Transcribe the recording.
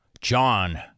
John